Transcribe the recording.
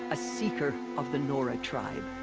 a seeker. of the nora tribe.